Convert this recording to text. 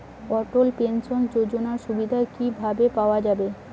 অটল pension যোজনার সুবিধা কি ভাবে পাওয়া যাবে?